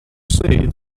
say